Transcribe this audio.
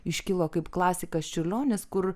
iškilo kaip klasikas čiurlionis kur